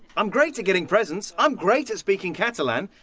i'm great at getting presents! i'm great at speaking catalan!